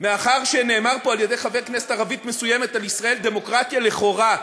מאחר שנאמר פה על-ידי חבר כנסת ערבי מסוים על ישראל "דמוקרטיה לכאורה",